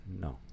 No